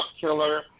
killer